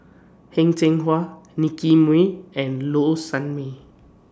Heng Cheng Hwa Nicky Moey and Low Sanmay